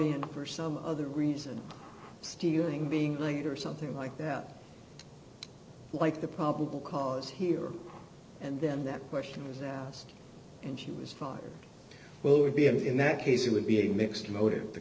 in for some other reason stealing being late or something like that like the probable cause here and then that question was asked and she was five will it be of in that case it would be a mixed motive the